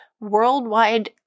worldwide